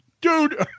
dude